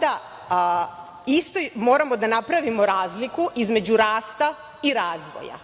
da, moramo da napravimo razliku između rasta i razvoja.